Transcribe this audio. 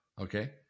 okay